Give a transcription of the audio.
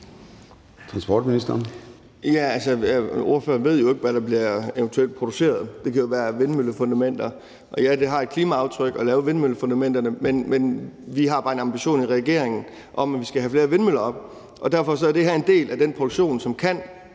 Transportministeren (Thomas Danielsen): Altså, ordføreren ved jo ikke, hvad der eventuelt bliver produceret. Det kan jo være vindmøllefundamenter, og ja, det har et klimaaftryk at lave vindmøllefundamenterne, men vi har i regeringen bare en ambition om, at vi skal have flere vindmøller op, og derfor er det her en del af den produktion, som kan